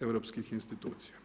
europskih institucija.